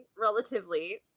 relatively